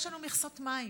יש לנו מכסות מים.